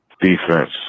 Defense